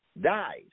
dies